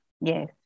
Yes